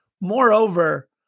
Moreover